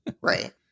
Right